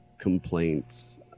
complaints